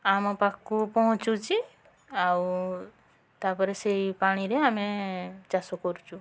ଆମ ପାଖକୁ ପହଁଚୁଛି ଆଉ ତା'ପରେ ସେଇ ପାଣିରେ ଆମେ ଚାଷ କରୁଛୁ